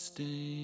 Stay